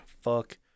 fuck